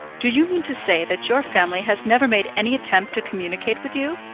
do you mean to say that your family has never made any attempt to communicate with you?